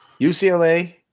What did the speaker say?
UCLA